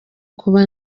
kuba